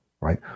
right